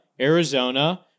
Arizona